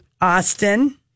Austin